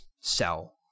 cell